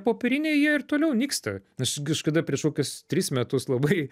popieriniai jie ir toliau nyksta aš kažkada prieš kokius tris metus labai